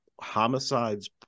homicides